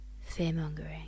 Fear-mongering